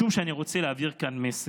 משום שאני רוצה להעביר כאן מסר: